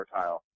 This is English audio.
quartile